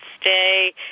stay